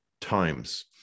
times